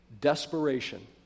desperation